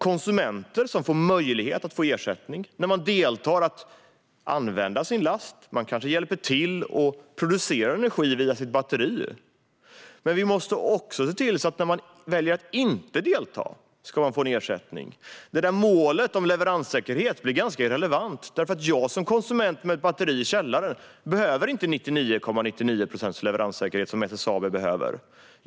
Konsumenter behöver få möjlighet att få ersättning när de deltar och använder sin last. De kanske hjälper till och producerar energi via sitt batteri. Vi måste också se till att de kan få ersättning när de väljer att inte delta. Målet om leveranssäkerhet blir ganska irrelevant, för som konsument med ett batteri i källaren behöver jag inte 99,9 procents leveranssäkerhet, vilket däremot SSAB behöver.